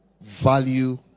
value